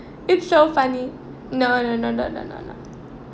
it's so funny no no no no no no